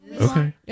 Okay